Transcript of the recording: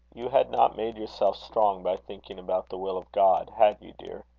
you had not made yourself strong by thinking about the will of god. had you, dear?